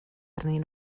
arnyn